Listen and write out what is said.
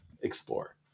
explore